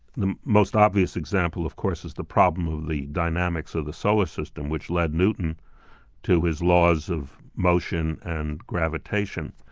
the most obvious example of course is the problem of the dynamics of the solar system, which led newton to his laws of motion and gravitation,